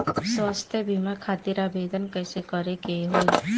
स्वास्थ्य बीमा खातिर आवेदन कइसे करे के होई?